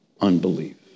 unbelief